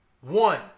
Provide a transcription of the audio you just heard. One